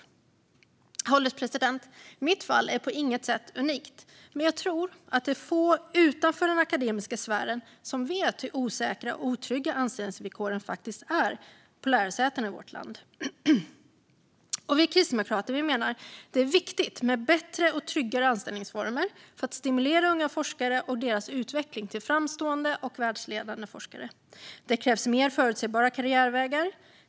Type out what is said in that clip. Herr ålderspresident! Mitt fall är på inget sätt unikt. Men jag tror att det är få utanför den akademiska sfären som vet hur osäkra och otrygga anställningsvillkoren faktiskt är på lärosätena i vårt land. Vi kristdemokrater menar att det är viktigt med bättre och tryggare anställningsformer för att stimulera unga forskare och deras utveckling till framstående och världsledande forskare. Det krävs mer förutsägbara karriärvägar.